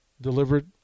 delivered